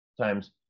times